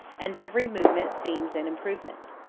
and every movement seems an improvement.